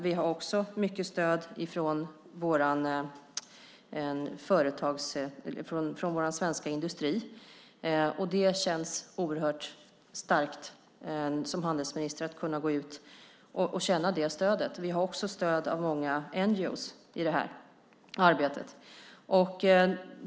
Vi har också starkt stöd från vår svenska industri. Det är oerhört starkt att jag som handelsminister kan känna det stödet. Vi har också stöd av många NGO:er i detta arbete.